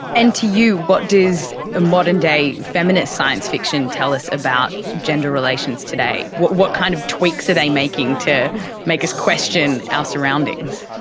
and to you what does ah modern-day feminist science fiction tell us about gender relations today? what what kind of tweaks are they making to make us question our surroundings?